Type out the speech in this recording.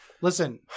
Listen